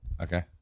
Okay